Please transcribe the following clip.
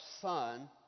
son